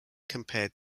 compared